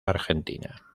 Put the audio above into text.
argentina